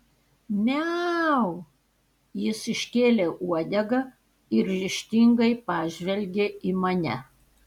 miau jis iškėlė uodegą ir ryžtingai pažvelgė į mane